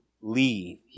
leave